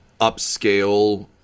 upscale